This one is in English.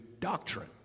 doctrine